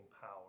power